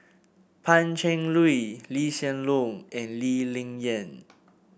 Pan Cheng Lui Lee Hsien Loong and Lee Ling Yen